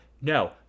No